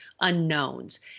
unknowns